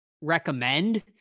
recommend